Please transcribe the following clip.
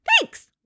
thanks